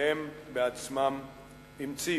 שהם עצמם המציאו.